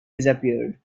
disappeared